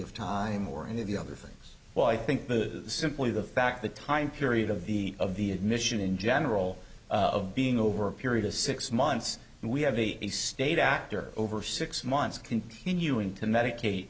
of time or in the other things well i think the simply the fact the time period of the of the admission in general of being over a period of six months and we have a state actor over six months continuing to medicate